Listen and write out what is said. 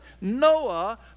Noah